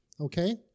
Okay